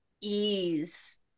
ease